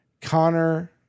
Connor